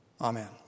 Amen